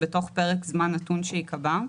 בתוך פרק זמן נתון שיקבע,